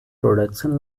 production